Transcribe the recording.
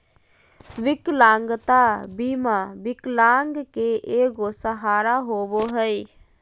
विकलांगता बीमा विकलांग के एगो सहारा होबो हइ